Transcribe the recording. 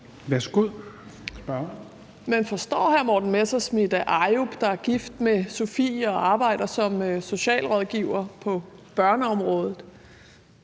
(RV): Men forstår hr. Morten Messerschmidt, at Ayoub, der er gift med Sofie og arbejder som socialrådgiver på børneområdet,